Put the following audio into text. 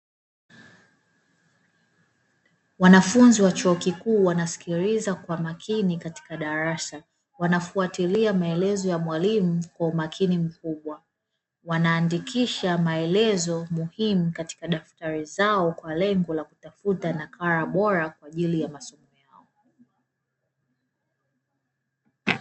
Wanafunzi wa chuo kikuu wanasikiliza kwa makini katika darasa, wanafuatilia maelezo ya mwalimu kwa umakini mkubwa, wanaandikisha maelezo muhimu katika daftari zao kwa lengo la kutafuta nakala bora kwa ajili ya masomo yao.